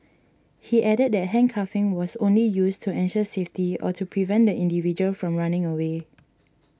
he added that handcuffing was only used to ensure safety or to prevent the individual from running away